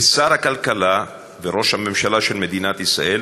כשר הכלכלה וראש הממשלה של מדינת ישראל,